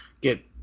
get